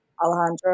Alejandro